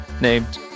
named